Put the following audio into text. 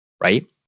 Right